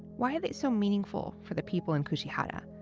why are they so meaningful for the people in kushihara?